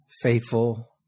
faithful